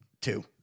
Two